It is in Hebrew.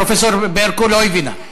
פרופסור ברקו לא הבינה.